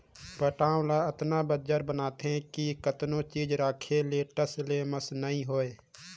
पटांव ल अतना बंजर बनाथे कि कतनो चीज राखे ले टस ले मस नइ होवय